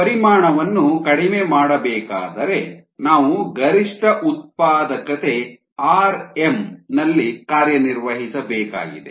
ಪರಿಮಾಣವನ್ನು ಕಡಿಮೆ ಮಾಡಬೇಕಾದರೆ ನಾವು ಗರಿಷ್ಠ ಉತ್ಪಾದಕತೆ Rm ನಲ್ಲಿ ಕಾರ್ಯನಿರ್ವಹಿಸಬೇಕಾಗಿದೆ